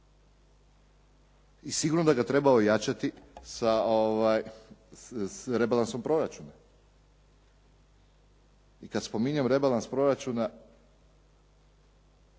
I sigurno da ga treba ojačati sa rebalansom proračuna. I kad spominjem rebalans proračuna